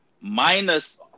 minus